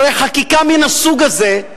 הרי חקיקה מן הסוג הזה,